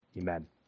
Amen